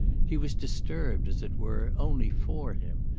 he was disturbed, as it were, only for him,